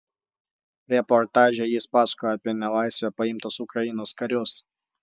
reportaže jis pasakoja apie į nelaisvę paimtus ukrainos karius